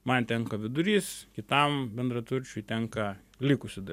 man tenka vidurys kitam bendraturčiui tenka likusi dal